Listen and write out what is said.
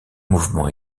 mouvement